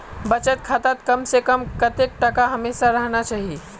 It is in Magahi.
बचत खातात कम से कम कतेक टका हमेशा रहना चही?